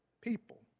people